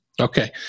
Okay